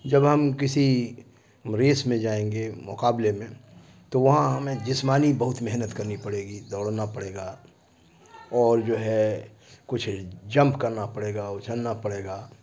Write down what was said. جب ہم کسی ریس میں جائیں گے مقابلے میں تو وہاں ہمیں جسمانی بہت محنت کرنی پڑے گی دوڑنا پڑے گا اور جو ہے کچھ جمپ کرنا پڑے گا اچھلنا پڑے گا